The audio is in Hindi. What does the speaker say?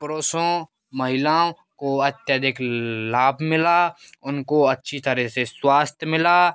पुरुषों महिलाओं को अत्यधिक लाभ मिला उनको अच्छी तरह से स्वास्थ्य मिला